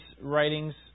writings